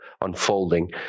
unfolding